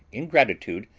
in gratitude,